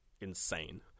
insane